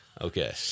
Okay